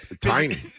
tiny